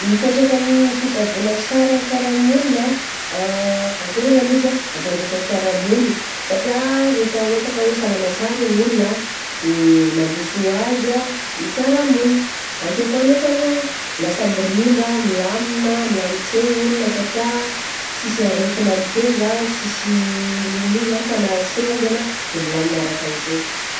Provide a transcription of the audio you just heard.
Ny fiatraikan'ny fitsaboana tsara amy fiarahamonina, akeo longany izy ah mampandroso ah ny fiarahamonina satria rehefa ohatra ka hoe salama tsara i olona de mandroso hoazy ah ny fiarahamonina, akeo koa nefany ah lasa mirindra, milamina, milam-tsaigna ny olona satria sisy aretina mitaiza ah, sisy n'ino n'ino zany fa ha ny sena aza de milamina karahan'zay.